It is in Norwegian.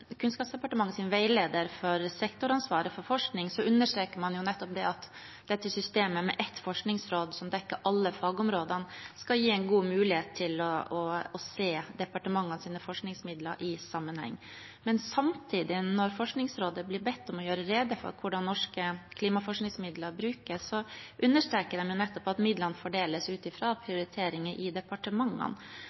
veileder for sektoransvaret for forskning understreker man nettopp at systemet med ett forskningsråd som dekker alle fagområdene, skal gi en god mulighet til å se departementenes forskningsmidler i sammenheng. Men samtidig – når Forskningsrådet blir bedt om å gjøre rede for hvordan norske klimaforskningsmidler brukes, understreker de nettopp at midlene fordeles ut fra prioriteringer i departementene.